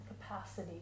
capacity